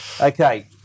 Okay